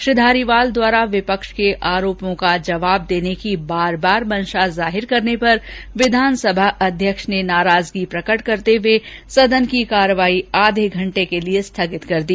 श्री धारीवाल दवारा विपक्ष के आरोपों का जवाब देने की बार बार मंषा जाहिर करने पर विधानसभा अध्यक्ष ने नाराजगी प्रकट करते हुए सदन की कार्यवाही आधे घंटे के लिए स्थगित कर दी